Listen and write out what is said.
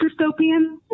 dystopian